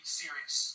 serious